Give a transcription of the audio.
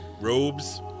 Robes